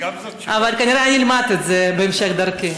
אבל נראה שאני אלמד את זה בהמשך דרכי.